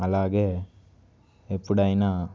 అలాగే ఎప్పుడైనా